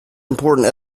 important